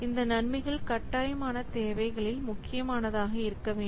இந்த நன்மைகள் கட்டாயமான தேவைகளில் முக்கியமானதாக இருக்கவேண்டும்